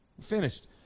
finished